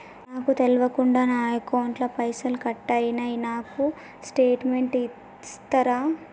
నాకు తెల్వకుండా నా అకౌంట్ ల పైసల్ కట్ అయినై నాకు స్టేటుమెంట్ ఇస్తరా?